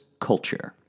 Culture